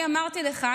אני אמרתי לך,